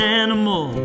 animal